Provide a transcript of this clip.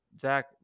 Zach